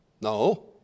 No